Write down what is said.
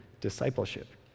discipleship